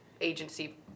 agency